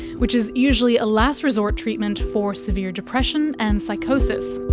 which is usually a last-resort treatment for severe depression and psychosis.